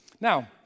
Now